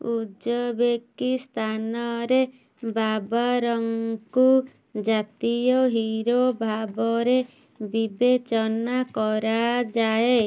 ଉଜବେକିସ୍ତାନରେ ବାବରଙ୍କୁ ଜାତୀୟ ହିରୋ ଭାବରେ ବିବେଚନା କରାଯାଏ